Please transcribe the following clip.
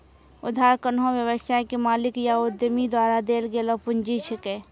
उधार कोन्हो व्यवसाय के मालिक या उद्यमी द्वारा देल गेलो पुंजी छिकै